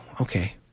okay